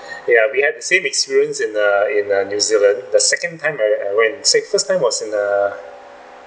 ya we had the same experience in uh in uh new zealand the second time I I went think first time was in err